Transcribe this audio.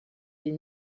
des